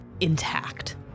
intact